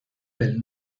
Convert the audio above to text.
del